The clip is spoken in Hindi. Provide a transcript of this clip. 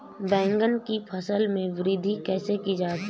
बैंगन की फसल में वृद्धि कैसे की जाती है?